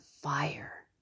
fire